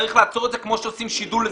צריך לעצור את זה, כמו שעושים שידול לזנות.